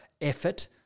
effort